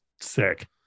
sick